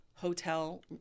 hotel